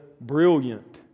brilliant